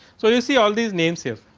so, you see all these name safe.